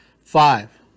Five